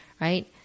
Right